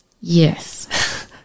Yes